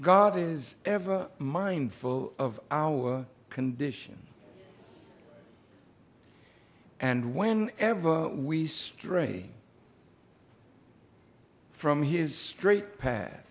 god is ever mindful of our condition and when ever we stray from his straight path